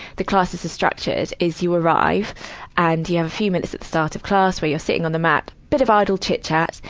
the classes is structured is you arrive and you have a few minutes at the start of class where you're sitting on the mat. bit of idle chit-chat.